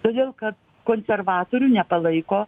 todėl kad konservatorių nepalaiko